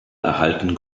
erhalten